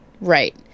Right